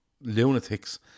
lunatics